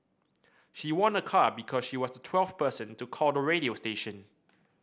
she won a car because she was the twelfth person to call the radio station